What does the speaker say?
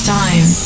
time